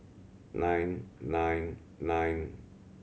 nine nine nine